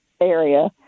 area